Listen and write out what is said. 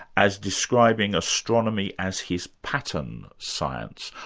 as describing astronomy as his pattern science.